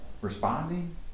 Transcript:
responding